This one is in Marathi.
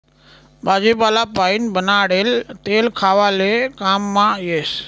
भाजीपाला पाइन बनाडेल तेल खावाले काममा येस